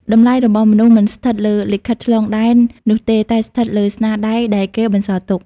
តម្លៃរបស់មនុស្សមិនស្ថិតលើ "លិខិតឆ្លងដែន" នោះទេ តែស្ថិតលើ "ស្នាដៃ" ដែលគេបន្សល់ទុក។